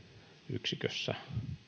yksikössä